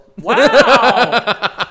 Wow